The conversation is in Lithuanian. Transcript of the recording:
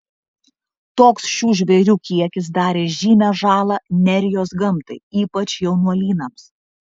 toks šių žvėrių kiekis darė žymią žalą nerijos gamtai ypač jaunuolynams